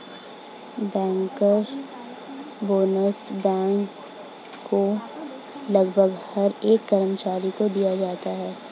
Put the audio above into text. banker bonus bank के लगभग हर एक कर्मचारी को दिया जाता है